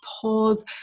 pause